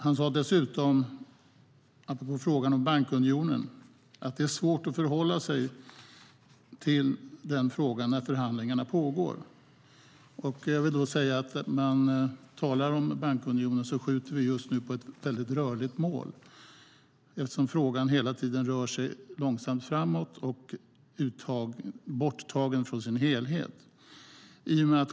På en fråga om bankunionen sade han dessutom att det är svårt att förhålla sig till den frågan när förhandlingarna pågår. Jag vill då säga att när vi talar om bankunionen skjuter vi just nu på ett mycket rörligt mål eftersom frågan hela tiden rör sig långsamt framåt och är borttagen ur helheten.